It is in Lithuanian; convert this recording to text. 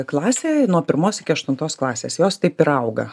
klasė nuo pirmos iki aštuntos klasės jos taip ir auga